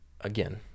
again